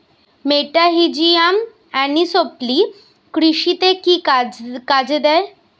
মেটাহিজিয়াম anisopliae কৃষিতে কি কাজে দেয়?